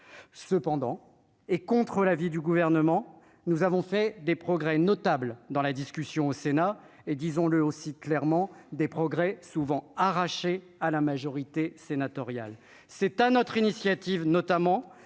cependant, et contre l'avis du gouvernement, nous avons fait des progrès notables dans la discussion au Sénat et disons-le aussi clairement des progrès souvent arrachés à la majorité sénatoriale, c'est un autre initiative notamment